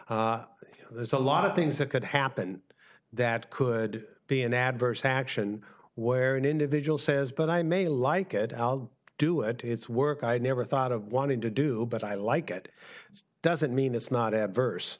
adverse there's a lot of things that could happen that could be an adverse action where an individual says but i may like it i'll do it it's work i never thought of wanting to do but i like it doesn't mean it's not adverse